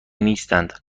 نیستند